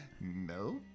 No